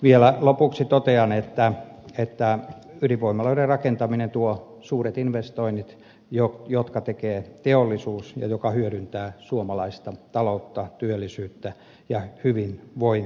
vielä lopuksi totean että ydinvoimaloiden rakentaminen tuo suuret investoinnit jotka tekee teollisuus ja jotka hyödyttävät suomalaista taloutta työllisyyttä ja hyvinvointia